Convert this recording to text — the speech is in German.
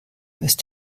ist